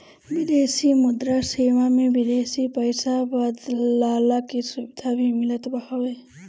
विदेशी मुद्रा सेवा में विदेशी पईसा बदलला के सुविधा भी मिलत हवे